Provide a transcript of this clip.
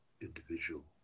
individual